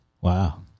Wow